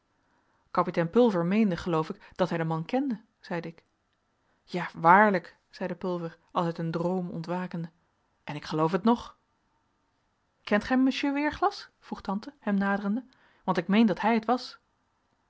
kapitein pulver meende geloof ik dat hij den man kende zeide ik ja waarlijk zeide pulver als uit een droom ontwakende en ik geloof het nog kent gij monsieur weerglas vroeg tante hem naderende want ik meen dat hij het was